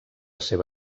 seva